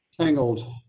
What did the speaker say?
tangled